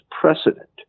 precedent